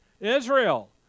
Israel